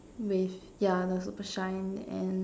with ya the super shine and